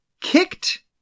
kicked